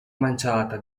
manciata